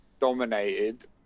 Dominated